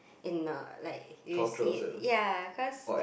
in a like if you see it ya cause